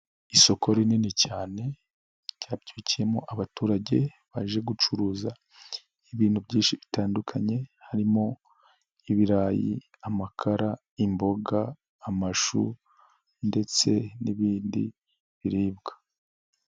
Isoko rinini cyane ryabyukiyemo abaturage baje gucuruza ibintu byinshi bitandukanye. Harimo: ibirayi, amakara, imboga, amashu ndetse n'ibindi biribwa.